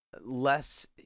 less